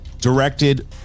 directed